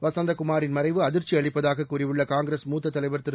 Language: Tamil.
வசந்தகுமாரின் மறைவு அதிர்ச்சி அளிப்பதாக கூறியுள்ள காங்கிரஸ் மூத்த தலைவர் திரு